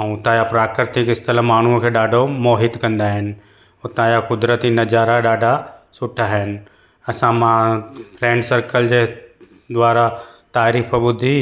ऐं हुतां जा प्राकृतिक स्थल माण्हूअ खे ॾाढो मोहित कंदा आहिनि हुतां जा कुदिरती नज़ारा ॾाढा सुठा आहिनि असां मां फ्रैंड सर्कल जे द्वारा तारीफ़ ॿुधी